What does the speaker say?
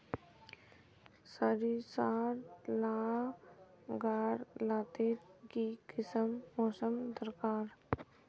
सरिसार ला गार लात्तिर की किसम मौसम दरकार?